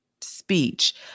speech